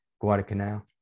Guadalcanal